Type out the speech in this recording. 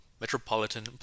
Metropolitan